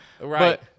Right